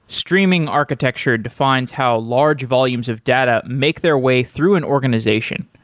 streaming architecture defines how large volumes of data make their way through an organization.